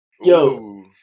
yo